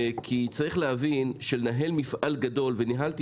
צריך להבין שלנהל מפעל גדול וניהלתי